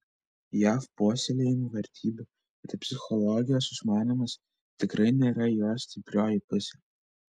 jav puoselėjamų vertybių ir psichologijos išmanymas tikrai nėra jo stiprioji pusė